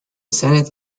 senate